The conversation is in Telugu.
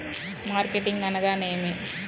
మార్కెటింగ్ అనగానేమి?